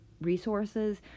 resources